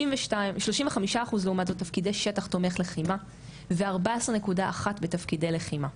35 אחוז לעומת זאת תפקידי שטח-תומך לחימה ו- 14.1 בתפקידי לחימה.